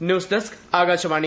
news desk Akashvani